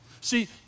See